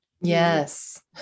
Yes